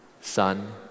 son